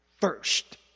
first